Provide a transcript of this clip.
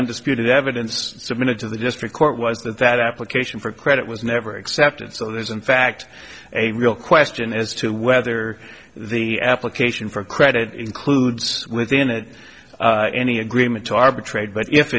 undisputed evidence submitted to the district court was that that application for credit was never accepted so there's in fact a real question as to whether the application for credit includes within it any agreement to arbitrate but if